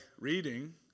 reading